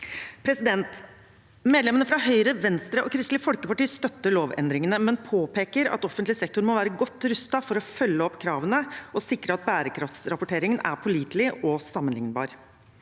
forslag. Medlemmene fra Høyre, Venstre og Kristelig Folkeparti støtter lovendringene, men påpeker at offentlig sektor må være godt rustet for å følge opp kravene og sikre at bærekraftsrapporteringen er pålitelig og sammenlignbar.